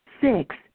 Six